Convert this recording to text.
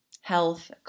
health